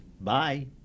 Bye